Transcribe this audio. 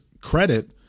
credit